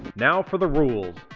now for the rules,